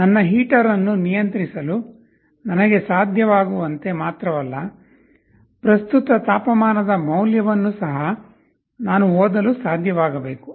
ನನ್ನ ಹೀಟರ್ ಅನ್ನು ನಿಯಂತ್ರಿಸಲು ನನಗೆ ಸಾಧ್ಯವಾಗುವಂತೆ ಮಾತ್ರವಲ್ಲ ಪ್ರಸ್ತುತ ತಾಪಮಾನದ ಮೌಲ್ಯವನ್ನು ಸಹ ನಾನು ಓದಲು ಸಾಧ್ಯವಾಗಬೇಕು